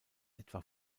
etwa